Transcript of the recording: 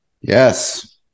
Yes